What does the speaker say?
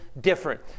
different